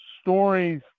stories